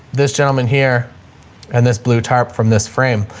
this gentleman here and this blue tarp from this frame.